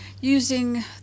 using